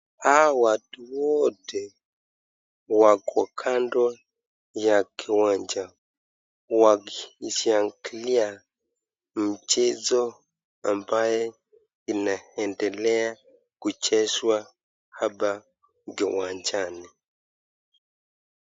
Hawa watu wote wako kando ya kiwanja wakishangilia mchezo ambao inaendelea kuchezwa hapa kiwanjani.